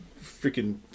freaking